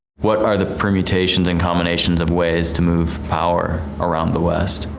what are the permutations and combinations of ways to move power around the west?